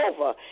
over